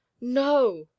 no